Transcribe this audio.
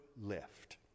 left